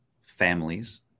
families